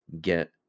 get